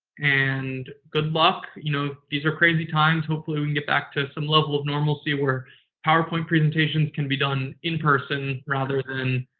and good luck. you know these are crazy times. hopefully we can get back to some level of normalcy where powerpoint presentations can be done in person rather than